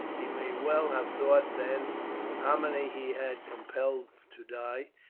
he may well have thought then of how many he had compelled to die,